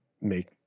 make